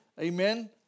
Amen